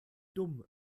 dumm